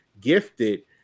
gifted